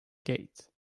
gate